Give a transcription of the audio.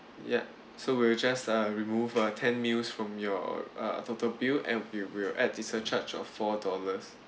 ya so we'll just uh remove uh ten meals from your uh total bill and we will add the surcharge of four dollars